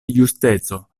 justeco